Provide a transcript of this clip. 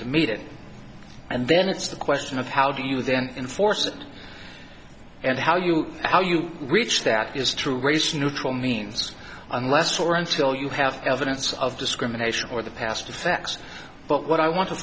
to meet it and then it's the question of how do you then enforce it and how you how you reach that is true race neutral means unless or until you have evidence of discrimination or the past effects but what i want to